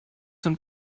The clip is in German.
sind